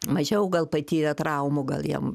mažiau gal patyrę traumų gal jiem